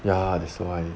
ya that's why